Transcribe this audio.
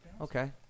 Okay